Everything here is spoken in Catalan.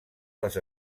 les